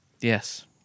yes